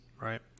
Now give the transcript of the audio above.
right